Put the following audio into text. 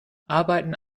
arbeiten